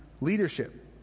leadership